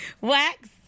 Wax